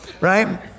right